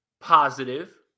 Positive